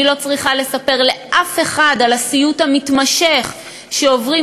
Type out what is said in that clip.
אני לא צריכה לספר לאף אחד על הסיוט המתמשך שעוברים